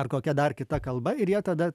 ar kokia dar kita kalba ir jie tada